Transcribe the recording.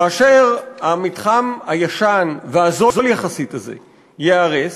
כאשר המתחם הישן והזול יחסית הזה ייהרס,